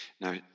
Now